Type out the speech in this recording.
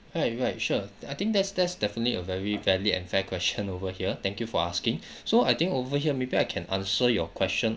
right right sure I think that's that's definitely a very valid and fair question over here thank you for asking so I think over here maybe I can answer your question